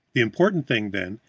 the important thing then,